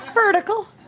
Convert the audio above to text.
Vertical